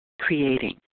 Creating